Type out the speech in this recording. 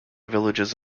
villages